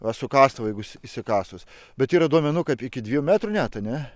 va su kastuvu jeigu įsi įsikasus bet yra duomenų kad iki dviejų metrų net ne